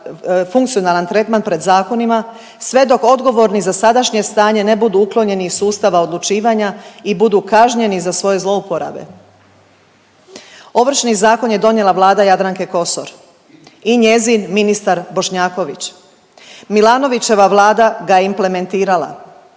funkcionalan tretman pred zakonima sve dok odgovorni za sadašnje stanje ne budu uklonjeni iz sustava odlučivanja i budu kažnjeni za svoje zlouporabe. Ovršni zakon je donijela vlada Jadranke Kosor i njezin ministar Bošnjaković. Milanovićeva vlada ga je implementirala,